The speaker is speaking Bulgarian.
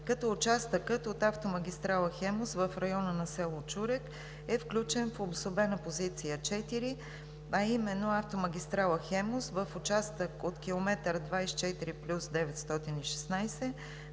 като участъкът от автомагистрала „Хемус“ в района на с. Чурек е включен в обособена позиция № 4, а именно: автомагистрала „Хемус“, в участък от км 24+916